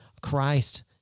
Christ